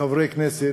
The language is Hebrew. כחברי כנסת,